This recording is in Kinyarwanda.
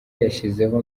yashyizeho